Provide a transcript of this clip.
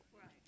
Right